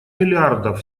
миллиардов